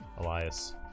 Elias